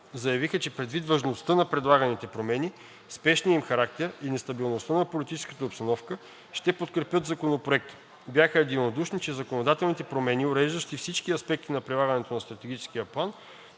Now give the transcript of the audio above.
заявиха, че предвид важността на предлаганите промени, спешният им характер и нестабилността на политическата обстановка, ще подкрепят Законопроекта. Бяха единодушни, че законодателните промени, уреждащи всички аспекти на прилагането на Стратегическия план,